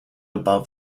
above